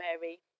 Mary